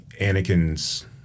Anakin's